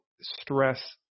stress